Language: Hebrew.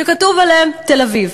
שכתוב עליהם "תל-אביב",